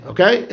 Okay